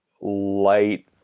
light